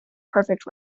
perfect